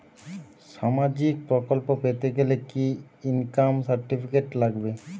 সামাজীক প্রকল্প পেতে গেলে কি ইনকাম সার্টিফিকেট লাগবে?